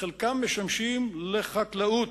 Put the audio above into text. וחלקם משמשים לחקלאות.